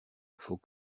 faut